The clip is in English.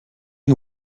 who